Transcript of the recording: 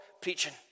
preaching